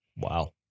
Wow